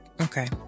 Okay